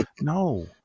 No